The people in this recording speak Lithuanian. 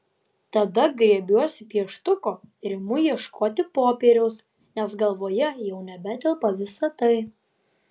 tada griebiuosi pieštuko ir imu ieškoti popieriaus nes galvoje jau nebetelpa visa tai